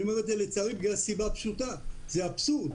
אני אומר "לצערי" בגלל סיבה פשוטה, זה אבסורד,